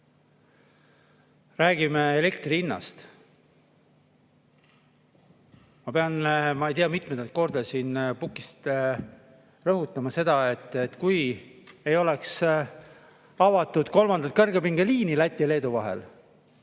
Räägime elektri hinnast. Ma pean, ma ei tea kui mitmendat korda siin pukist rõhutama seda, et kui ei oleks avatud kolmandat kõrgepingeliini Läti ja Leedu vahel,